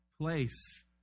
place